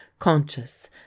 Conscious